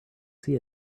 see